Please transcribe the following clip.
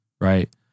right